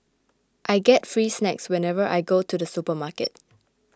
I get free snacks whenever I go to the supermarket